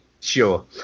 sure